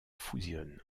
fusion